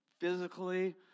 physically